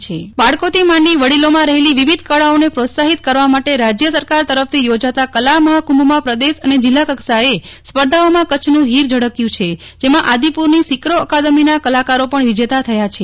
નેહલ ઠકકર કલા મહાકુંભમાં કચ્છ ઝળકયું બાળકોથી માંડી વડીલોમાં રહેલી વિવિધ કળાઓને પ્રોત્સાહિત કરવા માટે રાજ્ય સરકાર તરફથી યોજાતા કલા મફાકુંભમાં પ્રદેશ અને જિલ્લાકક્ષાએ સ્પર્ધાઓમાં કચ્છનું ફીર ઝળકવું છે જેમાં આદિપુરની સિક્રો અકાદમીના કલાકારો પણ વિજેતા થયા છે